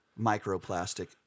microplastic